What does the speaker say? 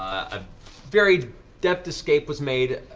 a very deft escape was made,